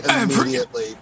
immediately